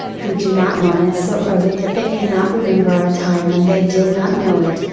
who do not learn it so early that they cannot remember a time when they did not know it,